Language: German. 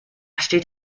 steht